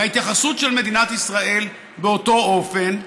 ההתייחסות של מדינת ישראל היא באותו אופן,